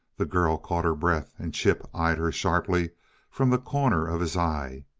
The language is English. the girl caught her breath, and chip eyed her sharply from the corner of his eye.